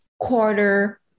quarter